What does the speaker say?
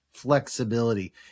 flexibility